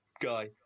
guy